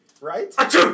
right